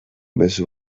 mezu